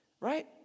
Right